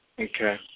Okay